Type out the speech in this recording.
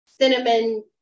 cinnamon